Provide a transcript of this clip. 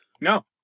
No